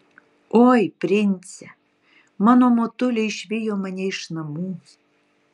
oi prince mano motulė išvijo mane iš namų